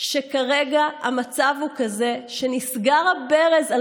שכרגע המצב הוא כזה שנסגר הברז על